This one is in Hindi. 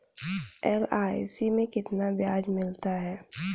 एल.आई.सी में कितना ब्याज मिलता है?